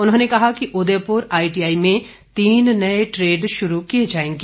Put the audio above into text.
उन्होंने कहा कि उदयपुर आईटीआई में तीन नए ट्रेड शुरू किए जाएंगे